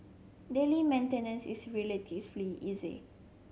daily maintenance is relatively easy